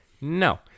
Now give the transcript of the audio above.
No